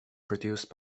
produced